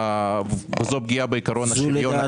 זה פגיעה בעיקרון השוויון.